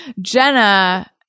Jenna